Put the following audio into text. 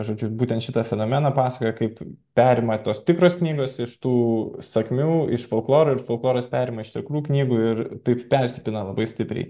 žodžiu būtent šitą fenomeną pasakoja kaip perima tos tikros knygos iš tų sakmių iš folkloro ir folkloras perima iš tikrų knygų ir taip persipina labai stipriai